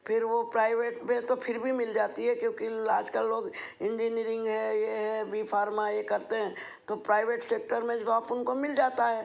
फिर वो प्राइवेट में तो फिर भी मिल जाती है क्योंकि आजकल लोग इंजीनिरिंग है ये है बी फार्मा ये करते हैं तो प्राइवेट सेक्टर में जौब उनको मिल जाता है